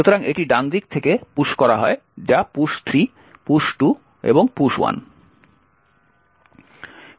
সুতরাং এটি ডান দিক থেকে পুশ করা হয় যা পুশ 3 পুশ 2 এবং পুশ 1